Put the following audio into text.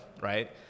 right